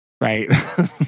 right